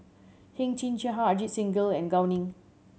Heng Chee How Ajit Singh Gill and Gao Ning